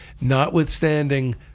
Notwithstanding